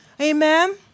Amen